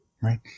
Right